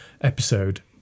episode